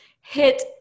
hit